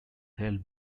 held